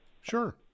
sure